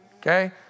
okay